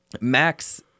Max